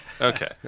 okay